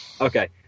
Okay